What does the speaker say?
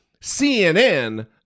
CNN